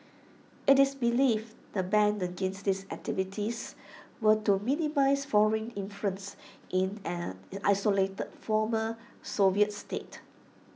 IT is believed the ban against these activities were to minimise foreign influence in an isolated former Soviet state